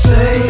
Say